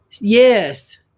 Yes